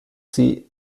sie